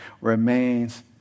remains